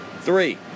Three